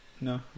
no